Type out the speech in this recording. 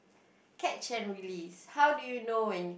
catch and release how do you know when